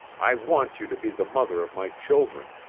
i want you to be the mother of my children.